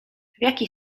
jaki